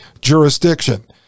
jurisdiction